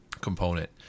component